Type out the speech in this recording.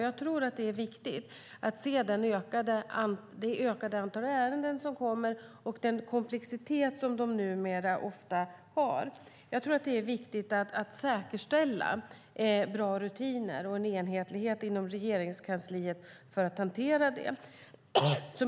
Jag tror att det är viktigt att se det ökande antalet ärenden som kommer och den komplexitet som de numera ofta har. Det är viktigt att säkerställa bra rutiner och enhetlighet inom Regeringskansliet för att hantera det.